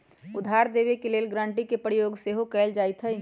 उधार देबऐ के लेल गराँटी के प्रयोग सेहो कएल जाइत हइ